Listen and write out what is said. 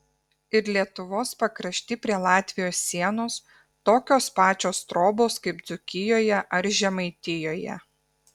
ir lietuvos pakrašty prie latvijos sienos tokios pačios trobos kaip dzūkijoje ar žemaitijoje